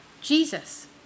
Jesus